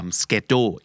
schedule